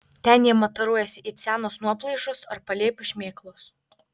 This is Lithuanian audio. ten jie mataruojasi it senos nuoplaišos ar palėpių šmėklos